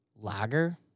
Lager